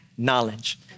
knowledge